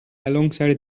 alongside